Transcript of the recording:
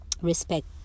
respect